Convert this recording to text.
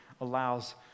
allows